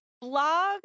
blog